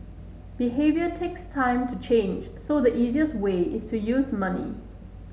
behaviour takes time to change so the easiest way is to use money